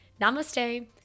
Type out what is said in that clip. namaste